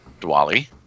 Dwali